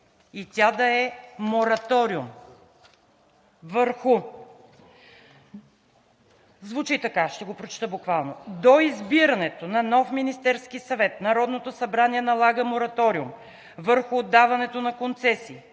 и тя да е мораториум. Звучи така, ще го прочета буквално: „До избирането на нов Министерски съвет Народното събрание налага мораториум върху отдаването на концесии,